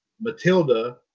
Matilda